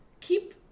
keep